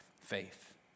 faith